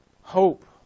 Hope